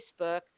Facebook